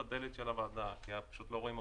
מסתבר,